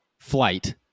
flight